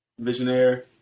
Visionaire